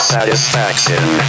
Satisfaction